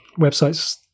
websites